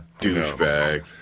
douchebag